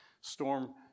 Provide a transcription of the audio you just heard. storm